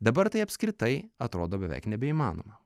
dabar tai apskritai atrodo beveik nebeįmanoma